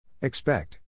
Expect